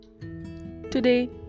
today